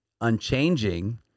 unchanging